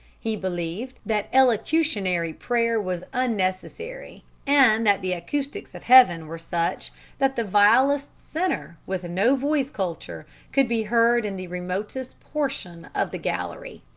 he believed that elocutionary prayer was unnecessary, and that the acoustics of heaven were such that the vilest sinner with no voice-culture could be heard in the remotest portion of the gallery.